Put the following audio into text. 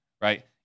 right